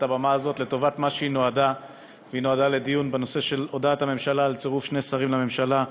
היא נועדה לדיון בנושא של הודעת הממשלה על צירוף שני שרים לממשלה,